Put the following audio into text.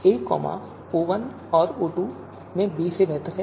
तो a O1 और O2 में b से बेहतर है